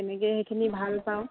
তেনেকে সেইখিনি ভাল পাওঁ